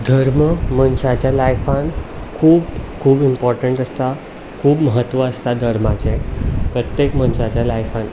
धर्म मनशाच्या लायफांत खूब खूब इंपोर्टंट आसता खूब म्हत्व आसता धर्माचें प्रत्येक मनशाच्या लायफांत